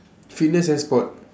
fitness and sport